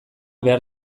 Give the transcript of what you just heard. behar